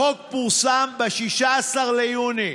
החוק פורסם ב-16 ביוני,